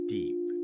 deep